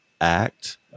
act